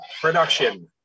production